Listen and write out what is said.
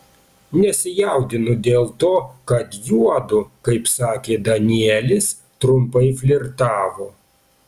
nesijaudinu dėl to kad juodu kaip sakė danielis trumpai flirtavo